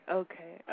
okay